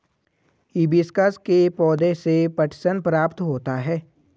hibiscus के पौधे से पटसन प्राप्त होता है